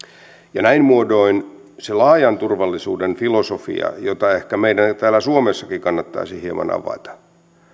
ja näin muodoin se laajan turvallisuuden filosofia jota ehkä meidän täällä suomessakin kannattaisi hieman avata